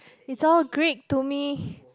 it's all great to me